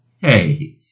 Hey